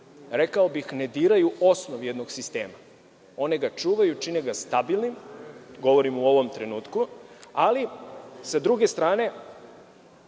rekao bih, ne diraju osnov jednog sistema. One ga čuvaju, čine ga stabilnim, govorim o ovom trenutku, ali, s druge strane,